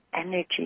energy